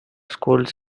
schools